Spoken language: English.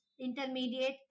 intermediate